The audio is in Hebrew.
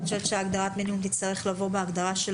אני חושבת שהגדרת מינימום תצטרך לבוא בהגדרה של